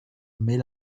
met